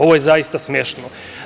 Ovo je zaista smešno.